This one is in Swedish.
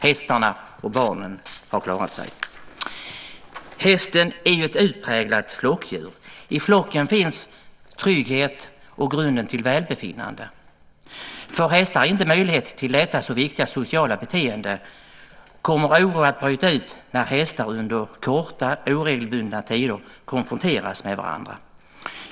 Hästarna och barnen har klarat sig. Hästen är ett utpräglat flockdjur. I flocken finns trygghet och grunden till välbefinnande. Får hästar inte möjlighet att utöva det så viktiga sociala flockbeteendet, kommer oro att bryta ut när hästar under korta och oregelbundna tider konfronteras med varandra.